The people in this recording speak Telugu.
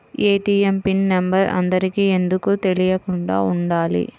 ఏ.టీ.ఎం పిన్ నెంబర్ అందరికి ఎందుకు తెలియకుండా ఉండాలి?